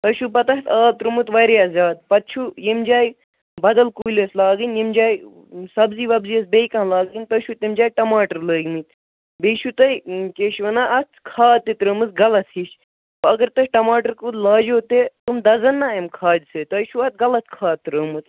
تۄہہِ چھو پَتہٕ اتھ آب ترٚوومُت واریاہ زیادٕ پَتہٕ چھو یِیٚمہِ جایہِ بَدل کُلۍ ٲسۍ لاگٕنۍ یِیٚمہِ جایہِ سبزی وبزی ٲسۍ بیٚیہِ کانہہ لاگٕنۍ تۄہہِ چھو تمہِ جایہِ ٹماٹر لٲگمٕتۍ بیٚیہِ چھو تۄہہِ کیاہ چھِ ونان اتھ اتھ کھاد تہِ ترٲومٕژ غلط ہِش اگر تۄہہِ ٹماٹر کُل لاجو تہِ تُم دَزن نہ اَمہِ کھادِ سۭتۍ تۄہہِ چھو اتھ غلط کھاد ترٲومٕژ